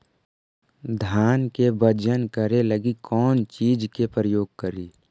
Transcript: धान के बजन करे लगी कौन चिज के प्रयोग करि?